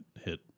hit